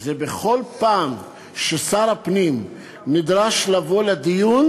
זה שבכל פעם ששר הפנים נדרש לבוא לדיון,